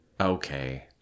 Okay